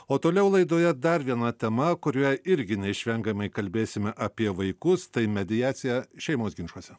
o toliau laidoje dar viena tema kurioje irgi neišvengiamai kalbėsime apie vaikus tai mediacija šeimos ginčuose